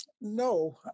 no